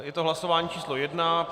Je to hlasování číslo 1.